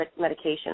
medication